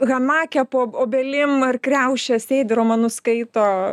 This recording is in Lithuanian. hamake po obelim ar kriauše sėdi romanus skaito